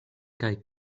kaj